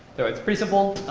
so it's pretty simple.